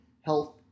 Health